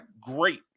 great